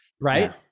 right